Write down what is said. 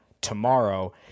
tomorrow